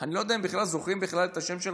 אני לא יודע אם בכלל זוכרים את השם של